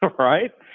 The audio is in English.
um right?